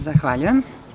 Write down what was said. Zahvaljujem.